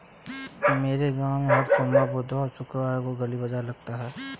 मेरे गांव में हर सोमवार बुधवार और शुक्रवार को गली बाजार लगता है